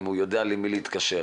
האם הוא יודע למי להתקשר,